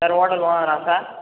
sir hotel ஓனரா sir